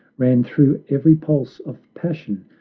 ran through every pulse of passion,